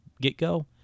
get-go